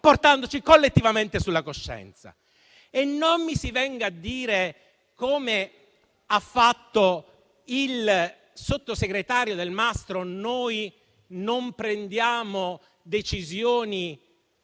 portando collettivamente sulla coscienza. E non mi si venga a dire, come ha fatto il sottosegretario Delmastro Delle Vedove: noi non prendiamo decisioni